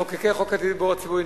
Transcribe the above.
מחוקקי חוק הדיור הציבורי,